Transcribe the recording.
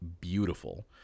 beautiful